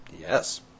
Yes